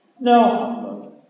No